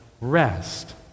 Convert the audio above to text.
rest